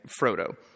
Frodo